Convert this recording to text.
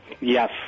Yes